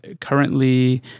currently